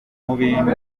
mubintu